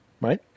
right